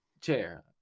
chair